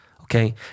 Okay